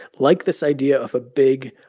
like this idea of a big,